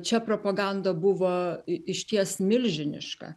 čia propaganda buvo išties milžiniška